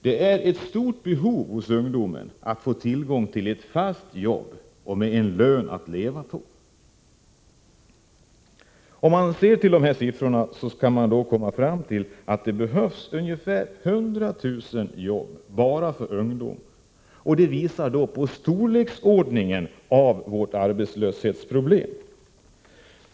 Det är ett stort behov hos ungdomen att få tillgång till ett fast jobb med en lön att leva på. Om man ser till de här siffrorna skall man komma fram till att det behövs ungefär 100 000 jobb bara för ungdomar, och det visar storleksordningen av vårt arbetslöshetsproblem.